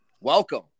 welcome